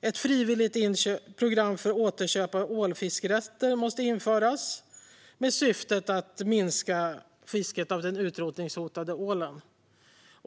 Ett frivilligt program för återköp av ålfiskerätter måste införas, med syftet att minska fisket av den utrotningshotade ålen.